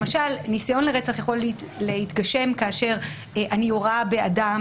למשל ניסיון לרצח יכול להתגשם כאשר אני יורה באדם